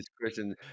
Christian